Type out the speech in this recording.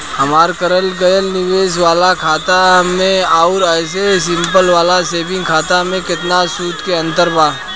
हमार करल गएल निवेश वाला खाता मे आउर ऐसे सिंपल वाला सेविंग खाता मे केतना सूद के अंतर बा?